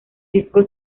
disco